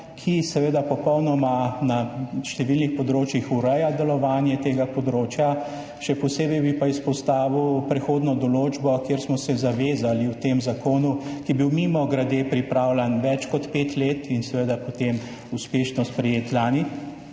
lanskega leta, ki na številnih področjih popolnoma ureja delovanje tega področja. Še posebej bi pa izpostavil prehodno določbo, kjer smo se zavezali v tem zakonu, ki je bil, mimogrede, pripravljan več kot pet let in seveda potem uspešno sprejet lani,